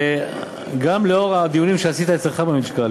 גם לאור הדיונים שעשית אצלך בלשכה,